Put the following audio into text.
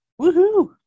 Woohoo